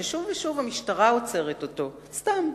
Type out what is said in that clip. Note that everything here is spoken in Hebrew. ששוב ושוב המשטרה עוצרת אותו סתם,